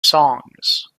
songs